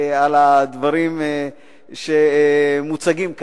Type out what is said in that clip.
על הדברים שמוצגים כאן.